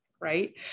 Right